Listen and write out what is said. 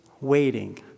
waiting